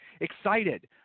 excited